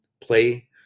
play